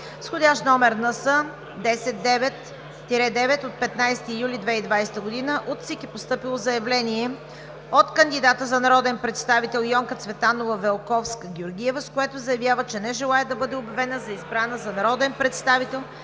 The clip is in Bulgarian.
входящ № НС-10-9 от 15 юли 2020 г. от ЦИК е постъпило заявление от кандидата за народен представител Йонка Цветанова Велковска-Георгиева, с което заявява, че не желае (смях) да бъде обявена за избрана за народен представител